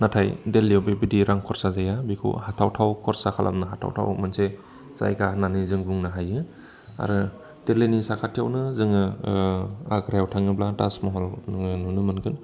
नाथाय दिल्लीयाव बेबायदि रां खरसा जाया बेखौ हाथावथाव खरसा खालामनो हाथावथाव मोनसे जायगा होननानै जों बुंनो हायो आरो दिल्लीनि साखाथियावनो जोङो आग्रायाव थाङोब्ला थाज महल नुनो मोनगोन